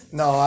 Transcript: no